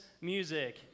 music